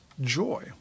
joy